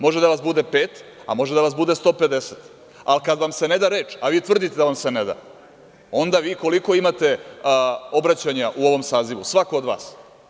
Može da vas bude pet, a može da vas bude 150, ali kada vam se ne da reč, a vi tvrdite da vam se ne da, onda vi koliko imate obraćanja u ovom sazivu, svako od vas?